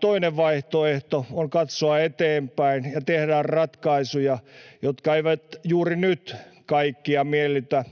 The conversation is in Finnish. Toinen vaihtoehto on katsoa eteenpäin ja tehdä ratkaisuja, jotka eivät juuri nyt kaikkia miellytä,